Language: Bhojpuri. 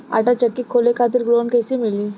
आटा चक्की खोले खातिर लोन कैसे मिली?